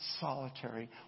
solitary